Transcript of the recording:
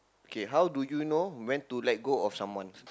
okay how do you know when to let go of someone